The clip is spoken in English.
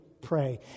pray